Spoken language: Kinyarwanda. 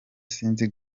sinzi